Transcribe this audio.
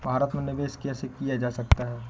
भारत में निवेश कैसे किया जा सकता है?